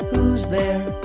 who's there?